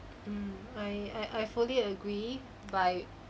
um I I I fully agree by